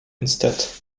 instead